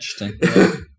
Interesting